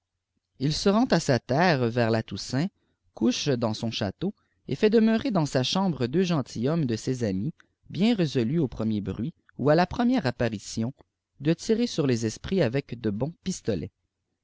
il se rend à i terre vers la toussaint couche dans son château et fait demeurer dans sa chambre deux gentilshommes de ses amis bien résolus au premier bruit ou à la première apparition de tirer sur les espaû avec de bons pistolets